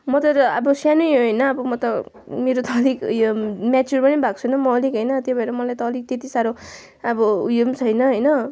म तर अब सानै हो होइन म त मेरो त अलिक उयो म्याचुर पनि भएको छुइनँ म अलिक होइन त्यो भएर मलाई त अलिक त्यति साह्रो अब उयो पनि छैन होइन